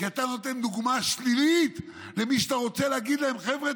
כי אתה נותן דוגמה שלילית למי שאתה רוצה להגיד להם: חבר'ה,